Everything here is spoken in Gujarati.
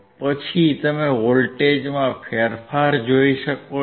પછી તમે વોલ્ટેજમાં ફેરફાર જોઈ શકો છો